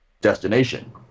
destination